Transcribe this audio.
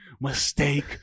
mistake